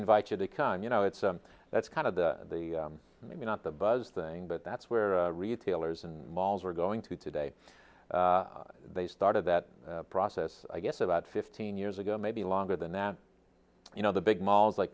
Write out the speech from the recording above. invite you to come you know it's that's kind of the the maybe not the buzz thing but that's where retailers and malls are going to today they started that process i guess about fifteen years ago maybe longer than that you know the big malls like